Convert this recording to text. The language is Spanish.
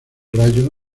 rayo